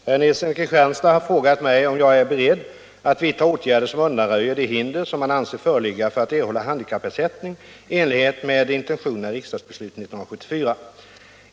Herr talman! Herr Nilsson i Kristianstad har frågat mig om jag är beredd att vidta åtgärder som undanröjer de hinder som han anser föreligga för att erhålla handikappersättning i enlighet med intentionerna i riksdagsbeslutet 1974.